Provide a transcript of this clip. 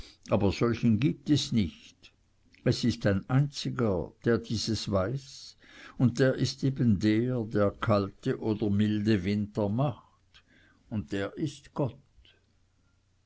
aber solchen gibt es nicht es ist ein einziger der dieses weiß und der ist eben der der kalte oder milde winter macht und der ist gott